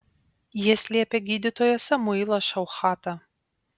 jie slėpė gydytoją samuilą šauchatą